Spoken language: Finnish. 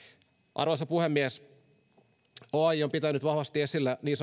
arvoisa puhemies oaj on pitänyt vahvasti esillä niin